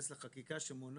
שכל